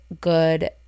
good